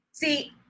See